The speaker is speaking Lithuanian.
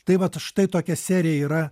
tai vat štai tokia serija yra